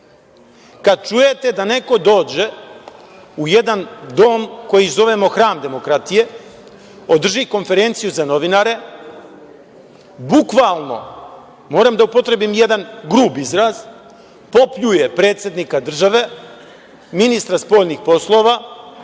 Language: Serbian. kada čujete da neko dođe u jedan dom koji zovemo hram demokratije, održi konferenciju za novinare, bukvalno, moram da upotrebim jedan grub izraz, popljuje predsednika države, ministra spoljnih poslova,